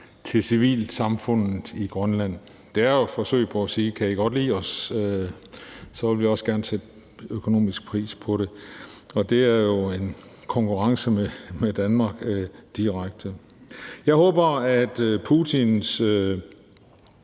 til civilsamfundet i Grønland. Det er jo et forsøg på at sige: Kan I godt lide os, så vil vi også gerne sætte økonomisk pris på det. Og det er jo i direkte konkurrence med Danmark. Jeg håber, at Putins